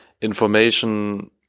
information